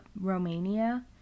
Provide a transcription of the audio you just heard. Romania